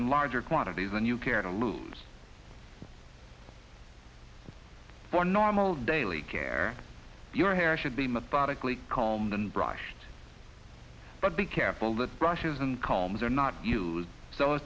in larger quantities and you care to lose for normal daily care your hair should be methodically calmed and brushed but be careful that brushes and combs are not used so